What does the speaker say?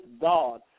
God